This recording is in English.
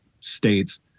states